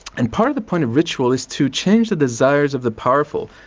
and part of the point of ritual is to change the desires of the powerful,